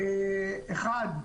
אחד,